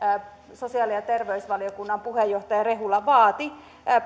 sosiaali ja terveysvaliokunnan puheenjohtaja rehula vaati